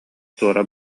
туора